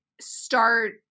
start